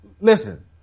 Listen